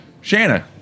Shanna